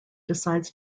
decides